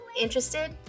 Interested